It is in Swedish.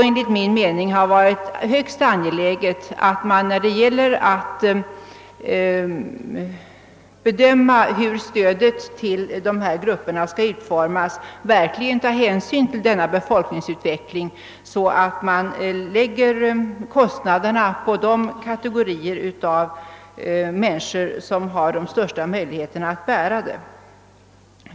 Enligt min mening borde det vara högst angeläget att vid bedömningen av hur stödet till nämnda grupper skall utformas ta hänsyn till befolkningsutvecklingen och lägga kostnaderna på de kategorier människor som har de största möjligheterna att bära dem.